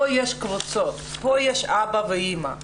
פה יש קבוצות, פה יש אבא ואמא.